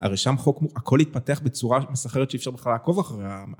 הרי שם חוק מור.. הכל להתפתח בצורה מסחרת שאפשר בכלל לעקוב אחרי...